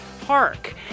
park